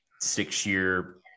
six-year